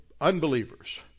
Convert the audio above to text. unbelievers